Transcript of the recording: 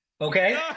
Okay